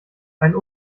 ein